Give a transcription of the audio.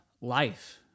life